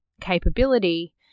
capability